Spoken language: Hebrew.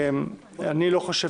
אני לא חושב